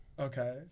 Okay